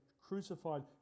crucified